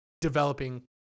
developing